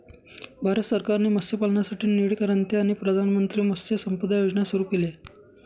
भारत सरकारने मत्स्यपालनासाठी निळी क्रांती आणि प्रधानमंत्री मत्स्य संपदा योजना सुरू केली आहे